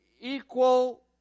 equal